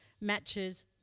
matches